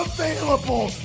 Available